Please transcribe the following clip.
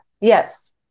Yes